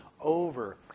over